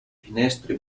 finestre